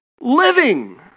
living